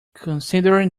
considering